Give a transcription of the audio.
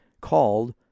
called